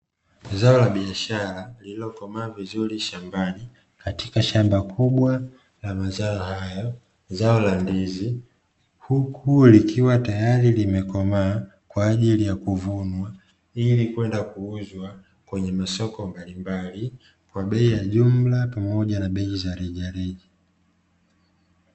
Zao la biashara lililokomaa vizuri shambani, katika shamba kubwa la mazao hayo, zao la ndizi; huku likiwa tayari limekomaa kwa ajili ya kuvunwa ili kwenda kuuzwa kwenye masoko mbalimbali, kwa bei ya jumla pamoja na bei ye rejareja.